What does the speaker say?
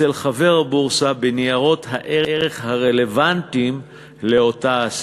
אצל חבר הבורסה בניירות הערך הרלוונטיים לאותה אספה,